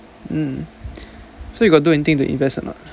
mm so you got do anything to invest or not